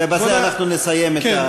ובזה אנחנו נסיים את,